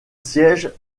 siège